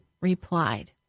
replied